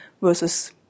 versus